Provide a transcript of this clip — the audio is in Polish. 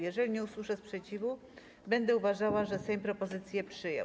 Jeżeli nie usłyszę sprzeciwu, będę uważała, że Sejm propozycje przyjął.